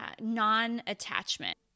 non-attachment